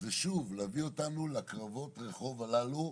זה שוב להביא אותנו לקרבות רחוב הללו,